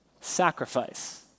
sacrifice